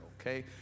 okay